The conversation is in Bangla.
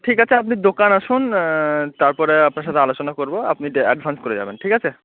ঠিক আছে আপনি দোকান আসুন তারপরে আপনার সাথে আলোচনা করবো আপনি অ্যাডভান্স করে যাবেন ঠিক আছে